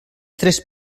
tres